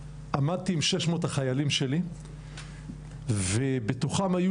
ועמדתי עם 600 החיילים שלי ובתוכם היו